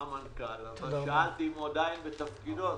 אבל שאלתי אם הוא עדין בתפקידו,